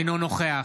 אינו נוכח